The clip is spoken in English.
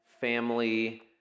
family